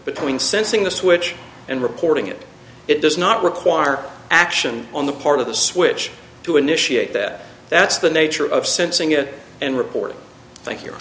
between sensing the switch and reporting it it does not require action on the part of the switch to initiate that that's the nature of sensing it and reporting thank you